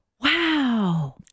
Wow